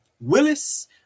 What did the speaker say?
Willis